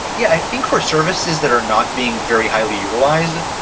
yeah, i think for services that are not being very highly utilized,